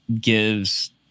gives